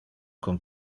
con